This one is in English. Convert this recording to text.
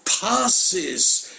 passes